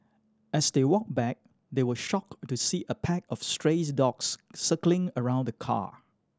as they walked back they were shocked to see a pack of stray dogs circling around the car